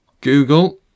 Google